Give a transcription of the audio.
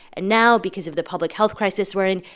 and now, because of the public health crisis we're in,